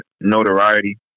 notoriety